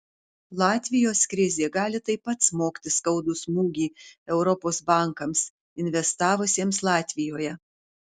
latvijos krizė gali taip pat smogti skaudų smūgį europos bankams investavusiems latvijoje